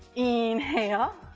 inhale,